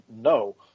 no